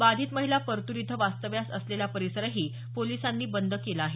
बाधित महिला परतूर इथं वास्तव्यास असलेला परिसरही पोलिसांनी बंद केला आहे